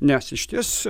nes išties